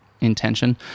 intention